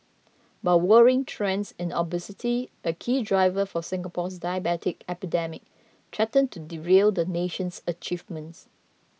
but worrying trends in obesity a key driver for Singapore's diabetes epidemic threaten to derail the nation's achievements